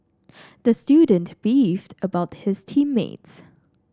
the student beefed about his team mates